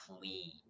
clean